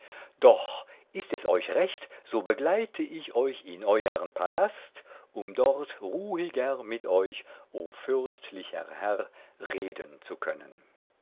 doch ist es euch recht so begleite ich euch in euern palast um dort ruhiger mit euch o fürstlicher herr reden zu können